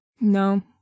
No